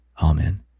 Amen